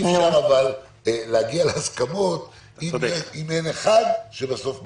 אי-אפשר להגיע להסכמות אם אין אחד שבסוף מחליט.